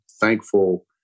thankful